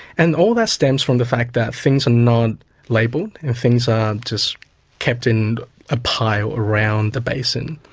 and all that stems from the fact that things are not labelled, and things are just kept in a pile around the basin.